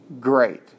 great